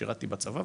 שירתי בצבא,